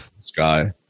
Sky